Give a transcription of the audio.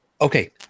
Okay